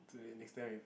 so that next time if